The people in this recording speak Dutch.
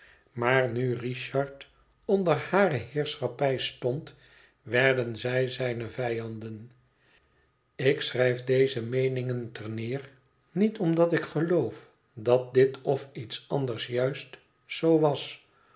maar nu richard onder hare heerschappij stond werden zij zijne vijanden ik schrijf deze meeningen ter neer niet omdat ik geloof dat dit of iets anders juist zoo was